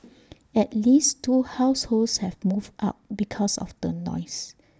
at least two households have moved out because of the noise